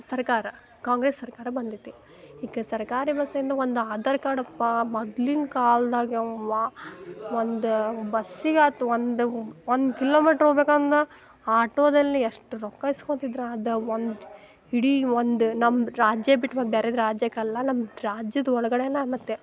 ಸರ್ಕಾರ ಕಾಂಗ್ರೆಸ್ ಸರ್ಕಾರ ಬಂದೈತಿ ಈಗ ಸರ್ಕಾರಿ ಬಸ್ಸಿಂದು ಒಂದು ಆಧಾರ್ ಕಾರ್ಡ್ ಅಪ್ಪ ಮೊದ್ಲಿನ ಕಾಲ್ದಾಗ ಎವ್ವಾ ಒಂದು ಬಸ್ಸಿಗೆ ಆಯ್ತ್ ಒಂದು ಒಂದು ಕಿಲೋಮಿಟ್ರ್ ಹೋಬೇಕು ಅಂದ್ರೆ ಆಟೋದಲ್ಲಿ ಎಷ್ಟು ರೊಕ್ಕ ಇಸ್ಕೊತಿದ್ರು ಅದ ಒನ್ ಇಡೀ ಒಂದು ನಮ್ದು ರಾಜ್ಯ ಬಿಟ್ಟು ಮತ್ತು ಬೇರೆ ರಾಜ್ಯಕ್ಕಲ್ಲ ನಮ್ದು ರಾಜ್ಯದ ಒಳ್ಗಡೆಯೆ ಮತ್ತು